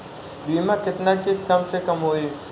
बीमा केतना के कम से कम होई?